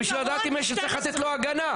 בשביל לדעת אם צריך לתת לו הגנה.